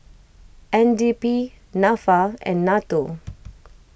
N D P Nafa and Nato